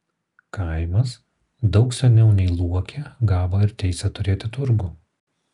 kaimas daug seniau nei luokė gavo ir teisę turėti turgų